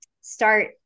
start